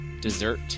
dessert